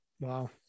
wow